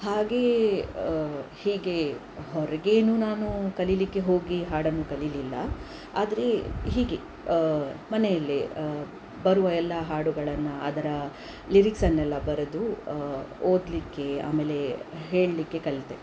ಹಾಗೆ ಹೀಗೆ ಹೊರಗೇನು ನಾನು ಕಲಿಲಿಕ್ಕೆ ಹೋಗಿ ಹಾಡನ್ನು ಕಲಿಲಿಲ್ಲ ಆದರೆ ಹೀಗೆ ಮನೆಯಲ್ಲೆ ಬರುವ ಎಲ್ಲ ಹಾಡುಗಳನ್ನು ಅದರ ಲಿರಿಕ್ಸನ್ನೆಲ್ಲ ಬರೆದು ಓದಲಿಕ್ಕೆ ಆಮೇಲೆ ಹೇಳಲಿಕ್ಕೆ ಕಲಿತೆ